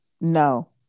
No